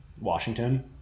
Washington